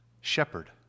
shepherd